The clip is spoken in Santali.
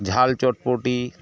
ᱡᱷᱟᱞ ᱪᱚᱴᱯᱚᱴᱤ